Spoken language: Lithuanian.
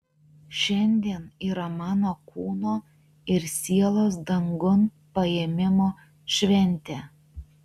šiandien yra mano kūno ir sielos dangun paėmimo šventė